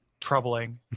troubling